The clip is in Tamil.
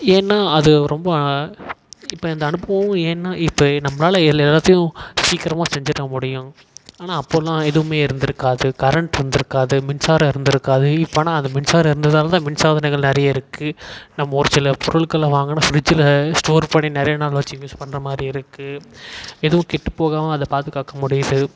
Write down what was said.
ஏன்னால் அது ரொம்ப இப்போ இந்த அனுபவம் ஏன்னால் இப்போ நம்பளால் எல் எல்லாத்தையும் சீக்கிரமாக செஞ்சுட முடியும் ஆனால் அப்போல்லாம் எதுவும் இருந்திருக்காது கரண்ட் இருந்திருக்காது மின்சாரம் இருந்திருக்காது இப்போ ஆனால் அது மின்சாரம் இருந்ததால் தான் மின்சாதனங்கள் நிறைய இருக்குது நம்ம ஒரு சில பொருள்களை வாங்கினா ஃப்ரிட்ஜில் ஸ்டோர் பண்ணி நிறைய நாள் வச்சு யூஸ் பண்ணுற மாதிரி இருக்குது எதுவும் கெட்டுப் போகாமல் அதை பாதுகாக்க முடியுது